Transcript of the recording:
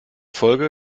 folge